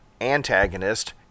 antagonist